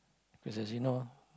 because as you know